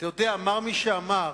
אתה יודע, אמר מי שאמר